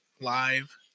live